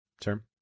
term